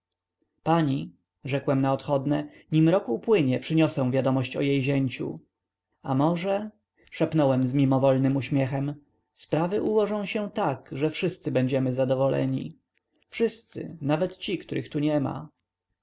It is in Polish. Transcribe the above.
pani rzekłem na odchodne nim rok upłynie przyniosę wiadomość o jej zięciu a może szepnąłem z mimowolnym uśmiechem sprawy ułożą się tak że wszyscy będziemy zadowoleni wszyscy nawet ci których tu niema